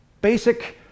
basic